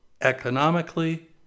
economically